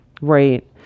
Right